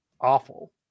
awful